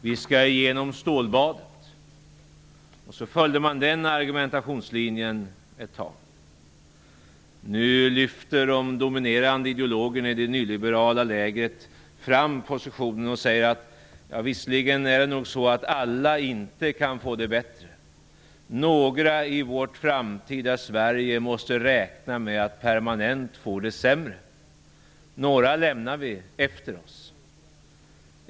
Vi skall gå igenom stålbadet. Och så följde man den argumentationslinjen ett tag. Nu lyfter de dominerande ideologerna i det nyliberala lägret fram positionerna och säger: Det är nog så att inte alla kan få det bättre. Några i vårt framtida Sverige måste räkna med att permanent få det sämre. Några lämnar vi efter oss.